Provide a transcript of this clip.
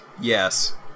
Yes